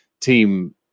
team